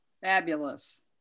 Fabulous